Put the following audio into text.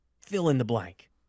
fill-in-the-blank